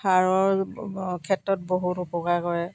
সাৰৰ ক্ষেত্ৰত বহুত উপকাৰ কৰে